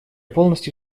полностью